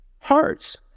hearts